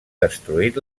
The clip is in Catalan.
destruït